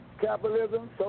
Capitalism